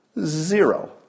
Zero